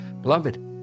beloved